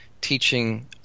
teaching